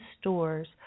stores